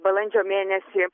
balandžio mėnesį